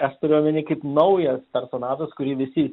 aš turiu omeny kaip naujas personažas kurį visi